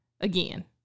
again